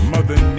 Mother